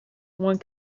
one